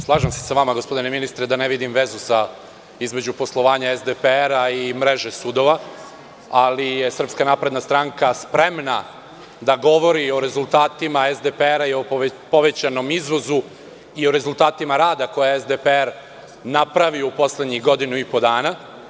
Slažem se sa vama, gospodine ministre, da ne vidim vezu između poslovanja SDPR i mreže sudova, ali je SNS spremna da govori o rezultatima SDPR i o povećanom izvozu i o rezultatima rada koje je SDPR napravio u poslednjih godinu i po dana.